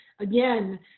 again